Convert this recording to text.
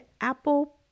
Apple